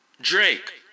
Drake